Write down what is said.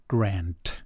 Grant